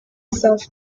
self